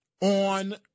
on